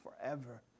forever